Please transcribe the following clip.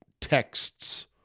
texts